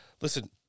Listen